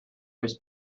was